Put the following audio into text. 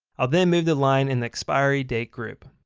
i'll then move the line in the expiry date group.